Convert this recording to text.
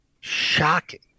Shocking